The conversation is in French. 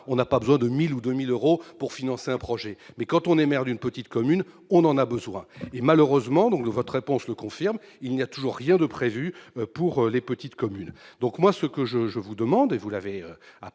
pas besoin de 1 000 ou 2 000 euros pour financer un projet. Mais quand on est maire d'une petite commune, on en a besoin ! Malheureusement, et votre réponse le confirme, il n'a toujours rien été prévu pour les petites communes. Ce que je vous demande, et vous vous